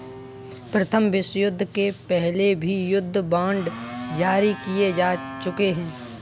प्रथम विश्वयुद्ध के पहले भी युद्ध बांड जारी किए जा चुके हैं